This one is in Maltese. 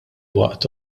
waqt